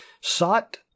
sought